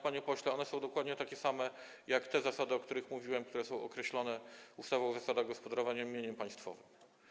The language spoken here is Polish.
Panie pośle, one są dokładnie takie same jak te zasady, o których mówiłem, a które są określone w ustawie o zasadach gospodarowania mieniem państwowym.